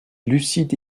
lucide